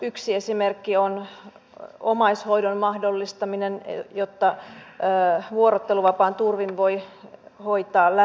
yksi esimerkki on omaishoidon mahdollistaminen jotta vuorotteluvapaan turvin voi hoitaa läheistään